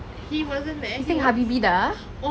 he wasn't there he was